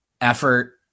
effort